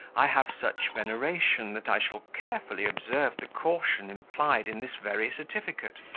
i have such veneration, that i shall carefully observe the caution implied in this very certificate,